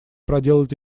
проделать